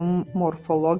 geomorfologinis